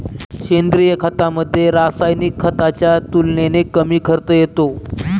सेंद्रिय खतामध्ये, रासायनिक खताच्या तुलनेने कमी खर्च येतो